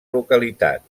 localitat